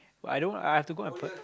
but i don't I I have to go